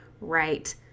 right